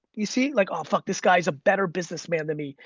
you see, like, oh fuck, this guy's a better business man than me.